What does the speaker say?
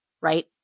right